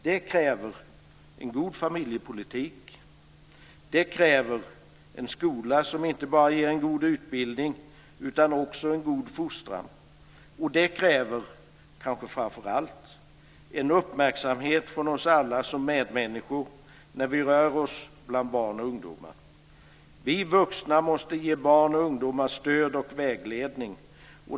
Det kräver en god familjepolitik, en skola som inte bara ger en god utbildning utan också en god fostran och det kräver kanske framför allt en uppmärksamhet från oss alla som medmänniskor när vi rör oss bland barn och ungdomar. Vi vuxna måste ge barn och ungdomar stöd och vägledning.